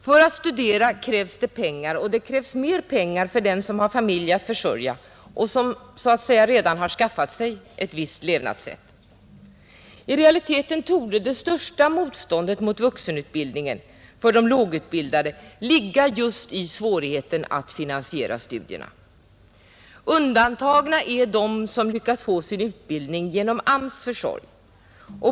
För att studera krävs pengar, och det krävs mer pengar för den som har familj att försörja och som så att säga redan har skaffat sig ett visst levnadssätt. I realiteten torde det största motståndet mot vuxenutbildning för de lågutbildade ligga just i svårigheten att finansiera studierna. Undantagna är de som lyckats få sin utbildning genom AMS:s försorg.